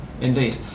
indeed